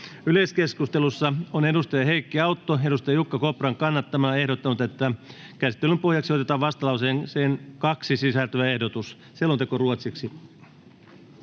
Yleiskeskustelussa on Heikki Autto Jukka Kopran kannattamana ehdottanut, että käsittelyn pohjaksi otetaan vastalauseeseen 2 sisältyvä ehdotus. [Speech 2]